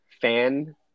fan